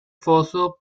foso